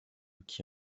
qui